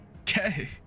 Okay